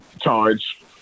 charge